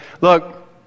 Look